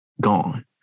gone